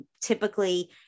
typically